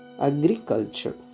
agriculture